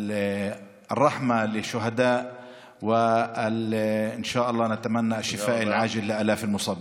רחמים לשהידים ורפואה מהירה לאלפי הפצועים,